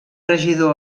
regidor